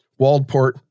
Waldport